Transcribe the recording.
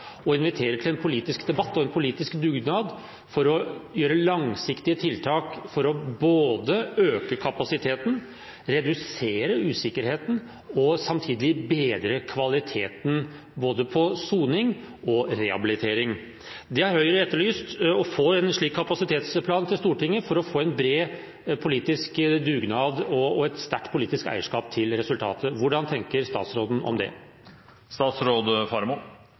og som inviterer til en politisk debatt og en politisk dugnad for å gjøre langsiktige tiltak for å øke kapasiteten, redusere usikkerheten og samtidig bedre kvaliteten på både soning og rehabilitering. Høyre har etterlyst en slik kapasitetsplan til Stortinget for å få en bred politisk dugnad og et sterkt politisk eierskap til resultatet. Hva tenker statsråden om